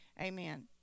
Amen